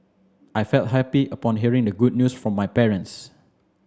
I felt happy upon hearing the good news from my parents